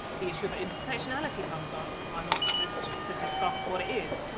the issue of intersectionality comes up i'm asked just to discuss what it is,